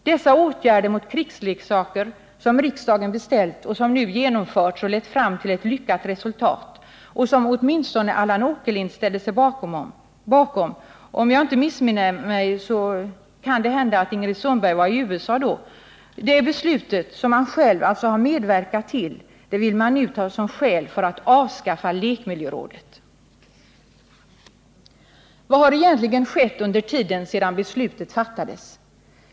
Detta var åtgärder mot krigsleksaker som riksdagen beställt och som nu har genomförts och lett fram till ett lyckat resultat. Detta beslut ställde sig åtminstone Allan Åkerlind bakom —-om jag inte missminner mig så var Ingrid Sundberg i USA då. Detta beslut, som man själv alltså har medverkat till, vill man nu ta som skäl för att avskaffa lekmiljörådet. Vad har egentligen skett under tiden sedan beslutet fattades?